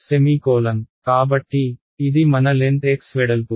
కాబట్టి ఇది మన లెన్త్ x వెడల్పు